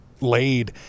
laid